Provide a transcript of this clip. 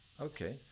Okay